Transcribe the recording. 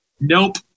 Nope